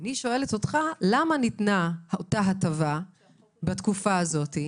אני שואלת אותך: למה ניתנה אותה הטבה בתקופה הזאת?